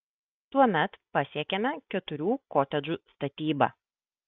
tuomet pasiekiame keturių kotedžų statybą